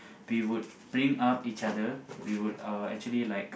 we would bring up each other we would uh actually like